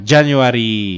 January